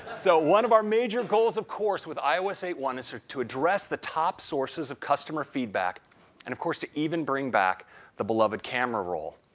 so, one of our major goals of course with ios eight point one is to address the top sources of customer feedback and of course to even bring back the beloved camera roll.